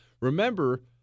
Remember